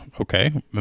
Okay